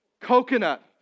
coconut